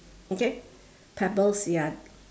okay pebbles ya